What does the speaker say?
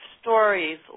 stories